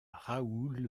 raoul